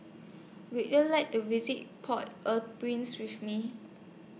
Would YOU like to visit Port Au Prince with Me